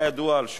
אם עוד